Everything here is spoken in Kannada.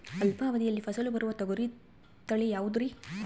ಅಲ್ಪಾವಧಿಯಲ್ಲಿ ಫಸಲು ಬರುವ ತೊಗರಿ ತಳಿ ಯಾವುದುರಿ?